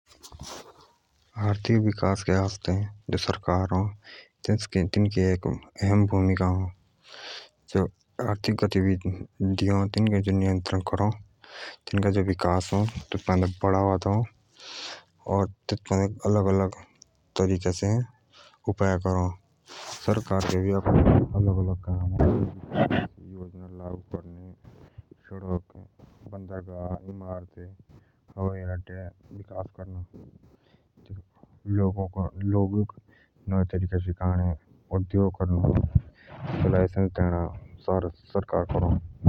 आर्थिक विकास के आस्ते जो सरकार अ तिनका महत्वपूर्ण भूमिका अः आर्थिक गतिविधियां अः तिनुक नियन्त्रण करअ तेतूका जो विकास अ तेतू पान्डा बढ़ावा देअ और तेतूके आस्ते योजना बाण सरकार के भी आपडे अलग-अलग काम अ योजना लागू करने सडक बाणने लोगुक उघोग सिकाअणे काम देता और भी बोउतोई।